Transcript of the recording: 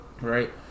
Right